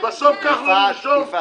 ובסוף כחלון ירשום